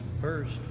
first